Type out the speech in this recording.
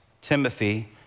Timothy